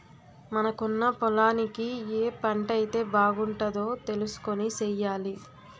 మనకున్న పొలానికి ఏ పంటైతే బాగుంటదో తెలుసుకొని సెయ్యాలి